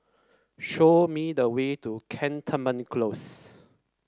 show me the way to Cantonment Close